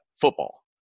football